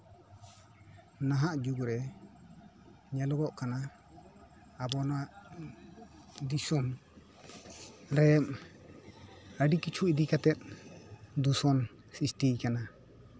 ᱱᱟᱦᱟᱜ ᱡᱩᱜᱽᱨᱮ ᱧᱮᱞᱚᱜᱚᱜ ᱠᱟᱱᱟ ᱟᱵᱚᱱᱟᱜ ᱫᱤᱥᱚᱢᱨᱮ ᱟᱹᱰᱤ ᱠᱤᱪᱷᱩ ᱤᱫᱤ ᱠᱟᱛᱮᱜ ᱫᱷᱩᱥᱚᱱ ᱥᱨᱤᱥᱴᱤ ᱠᱟᱱᱟ